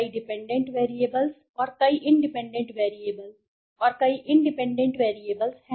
कई dependent variables और कई इंडिपेंडेंट वैरिएबल्स हैं